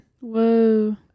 Whoa